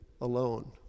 alone